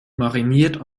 mariniert